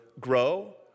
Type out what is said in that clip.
grow